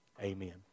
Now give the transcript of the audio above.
Amen